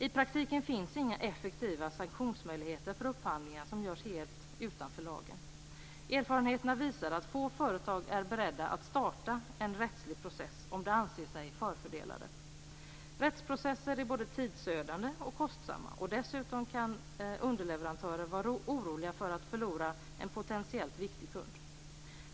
I praktiken finns det inga effektiva sanktionsmöjligheter för upphandlingar som görs helt utanför lagen. Erfarenheten visar att få företag är beredda att starta en rättslig process om de anser sig förfördelade. Rättsprocesser är både tidsödande och kostsamma. Dessutom kan underleverantören vara orolig för att förlora en potentiellt viktig kund.